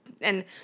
and-